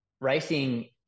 racing